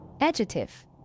Adjective